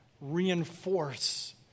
reinforce